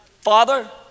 father